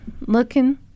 looking